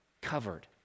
covered